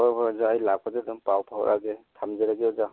ꯍꯣꯏ ꯍꯣꯏ ꯑꯣꯖꯥ ꯑꯩ ꯂꯥꯛꯄꯗ ꯑꯗꯨꯝ ꯄꯥꯎ ꯐꯥꯎꯔꯛꯑꯒꯦ ꯊꯝꯖꯔꯒꯦ ꯑꯣꯖꯥ